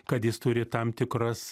kad jis turi tam tikras